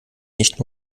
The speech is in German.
nicht